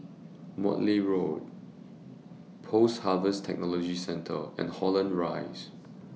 Morley Road Post Harvest Technology Centre and Holland Rise